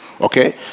Okay